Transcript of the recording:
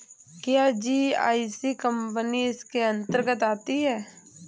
क्या GIC company इसके अन्तर्गत आती है?